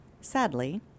sadly